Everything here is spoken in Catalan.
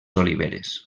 oliveres